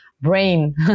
brain